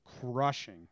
crushing